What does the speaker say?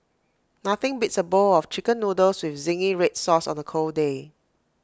nothing beats A bowl of Chicken Noodles with Zingy Red Sauce on A cold day